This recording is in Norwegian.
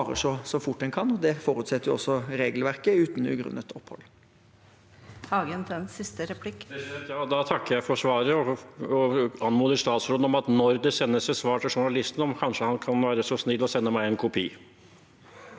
en svarer så fort en kan. Det forutsetter også regelverket – uten ugrunnet opphold.